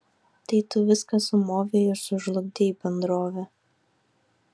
tai tu viską sumovei ir sužlugdei bendrovę